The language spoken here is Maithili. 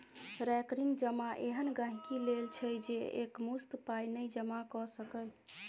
रेकरिंग जमा एहन गांहिकी लेल छै जे एकमुश्त पाइ नहि जमा कए सकैए